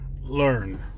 learn